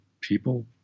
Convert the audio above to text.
people